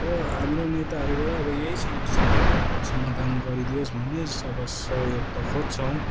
अब हाम्रो नेताहरूबाट यही समस्याहरूको अब समाधान गरिदियोस भनी अब सहयोग त खोज्छौँ